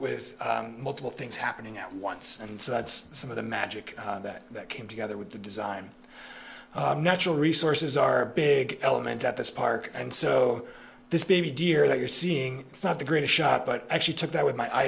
with multiple things happening at once and so that's some of the magic that came together with the design natural resources are a big element at this park and so this baby deer that you're seeing is not the greatest shot but actually took that with my i